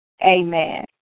Amen